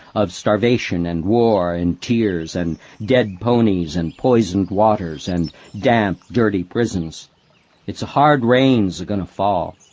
of starvation and war, and tears, and dead ponies, and poisoned waters, and damp, dirty prisons it's a hard rain's a-gonna fall.